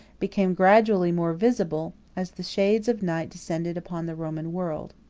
became gradually more visible, as the shades of night descended upon the roman world.